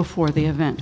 before the event